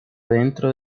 dentro